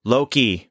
Loki